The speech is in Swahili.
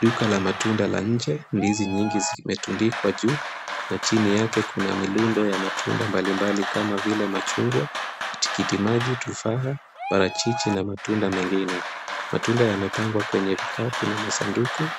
Duka la matunda la nje ndizi nyingi zimetundikwa juu na chini yake kuna milundo ya matunda mbalimbali kama vile machungwa, matikitimaji, tufaha, parachichi na matunda mengine. Matunda yamepangwa kwenye vikapu na masanduku